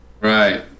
Right